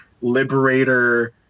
liberator